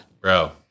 bro